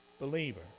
believer